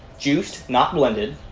juiced not blended.